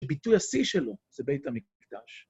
הביטוי השיא שלו זה בית המקדש.